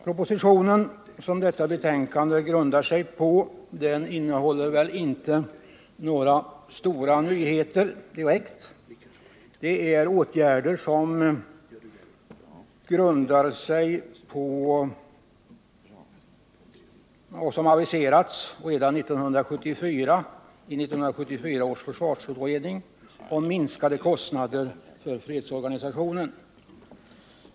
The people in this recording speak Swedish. Propositionen som betänkandet grundar sig på innehåller inte några stora nyheter. Det är åtgärder som aviserats redan i 1974 års försvarsutredning om minskade kostnader för fredsorganisationen.